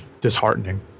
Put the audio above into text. disheartening